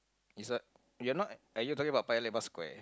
is what you're not are you talking about Paya-Lebar Square